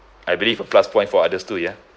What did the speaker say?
I believe a plus point for others too ya